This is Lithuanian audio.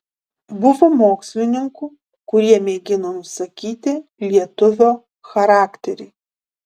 buvo mokslininkų kurie mėgino nusakyti lietuvio charakterį